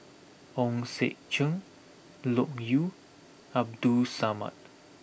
Hong Sek Chern Loke Yew Abdul Samad